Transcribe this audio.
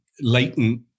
latent